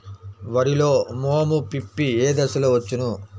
వరిలో మోము పిప్పి ఏ దశలో వచ్చును?